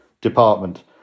department